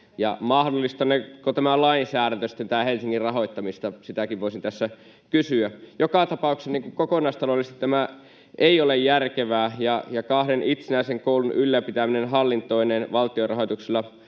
Mahdollistaneeko koko tämä lainsäädäntö sitten tätä Helsingin rahoittamista, sitäkin voisin tässä kysyä. Joka tapauksessa kokonaistaloudellisesti tämä ei ole järkevää, ja kahden itsenäisen koulun ylläpitäminen hallintoineen valtion rahoituksella